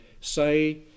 say